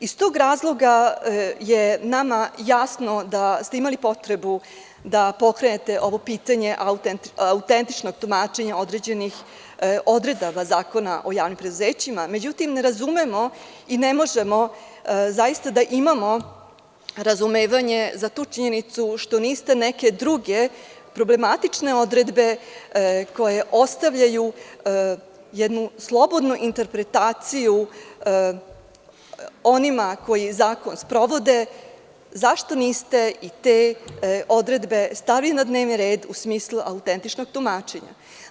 Iz tog razloga je nama jasno da ste imali potrebu da pokrenete ovo pitanje autentičnog tumačenja određenih odredaba Zakona o javnim preduzećima, međutim ne razumemo i ne možemo da imamo razumevanje za tu činjenicu što niste neke druge problematične odredbe, koje ostavljaju jednu slobodnu interpretaciju onima koji zakon sprovode, stavili na dnevni red, u smislu autentičnog tumačenja?